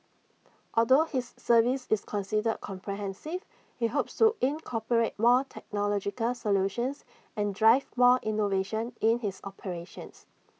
although his service is considered comprehensive he hopes to incorporate more technological solutions and drive more innovation in his operations